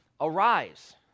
arise